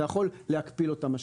אתה יכול להקפיא לו את המשכנתא,